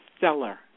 seller